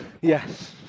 yes